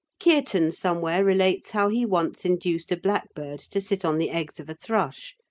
kearton somewhere relates how he once induced a blackbird to sit on the eggs of a thrush,